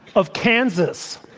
of kansas.